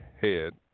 head